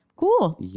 Cool